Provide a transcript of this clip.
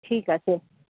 ঠিক আছে